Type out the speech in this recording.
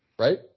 Right